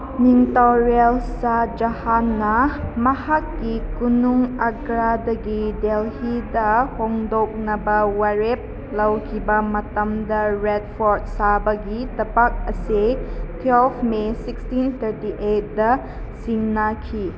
ꯅꯤꯡꯊꯧꯔꯦꯜ ꯁꯍꯥ ꯖꯍꯥꯟꯅ ꯃꯍꯥꯛꯀꯤ ꯀꯣꯅꯨꯡ ꯑꯒ꯭ꯔꯥꯗꯒꯤ ꯗꯦꯜꯂꯤꯗ ꯍꯣꯡꯗꯣꯛꯅꯕ ꯋꯥꯔꯦꯞ ꯂꯧꯈꯤꯕ ꯃꯇꯝꯗ ꯔꯦꯠ ꯐꯣꯔꯠ ꯁꯥꯕꯒꯤ ꯊꯕꯛ ꯑꯁꯤ ꯇ꯭ꯋꯦꯜꯐ ꯃꯦ ꯁꯤꯛꯁꯇꯤꯟ ꯊꯥꯔꯇꯤ ꯑꯩꯠꯗ ꯁꯤꯟꯅꯈꯤ